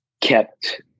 kept